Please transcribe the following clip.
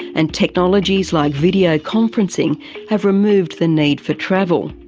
and technologies like video conferencing have removed the need for travel.